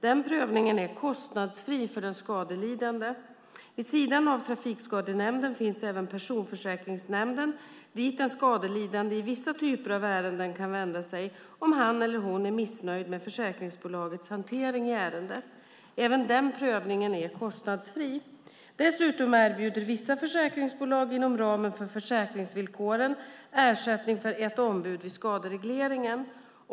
Denna prövning är kostnadsfri för den skadelidande. Vid sidan av Trafikskadenämnden finns även Personförsäkringsnämnden dit en skadelidande i vissa typer av ärenden kan vända sig om han eller hon är missnöjd med försäkringsbolagets hantering av ärendet. Även denna prövning är kostnadsfri. Dessutom erbjuder vissa försäkringsbolag, inom ramen för försäkringsvillkoren, ersättning för ett ombud vid skaderegleringen.